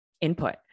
input